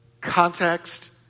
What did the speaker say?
context